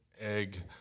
egg